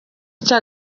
icyo